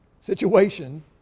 situation